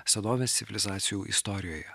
senovės civilizacijų istorijoje